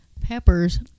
peppers